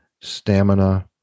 stamina